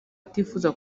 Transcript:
atifuza